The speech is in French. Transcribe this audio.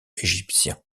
égyptien